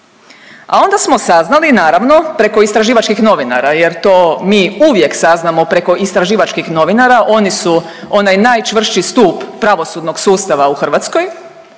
A onda smo saznali naravno preko istraživačkih novinara jer to mi uvijek saznamo preko istraživačkih novinara, oni su onaj najčvršći stup pravosudnog sustava u Hrvatskoj,